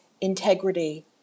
integrity